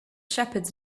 shepherds